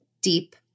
deep